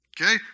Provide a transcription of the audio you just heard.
Okay